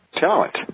talent